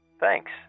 Thanks